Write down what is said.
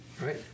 Right